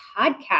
Podcast